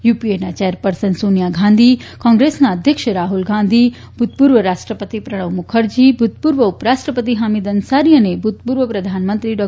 યૂપીએના chairperson Sonia Gandhi કોંત્રેસના અધ્યક્ષ રાહુલ ગાંધી ભૂતપૂર્વ રાષ્ટ્રપતિ પ્રણવ મુખરજી ભૂતપૂર્વ ઉપરાષ્ટ્રપતિ હમિદ અંસારી અને ભૂતપૂર્વ પ્રધાનમંત્રી ડૉ